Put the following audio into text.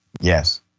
Yes